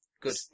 Good